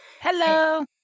hello